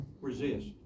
Resist